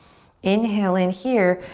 inhale in here.